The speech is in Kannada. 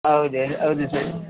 ಹೌದು ಹೌದು ಸರ್